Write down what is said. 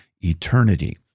eternity